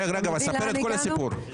רגע, ספר את כל הסיפור.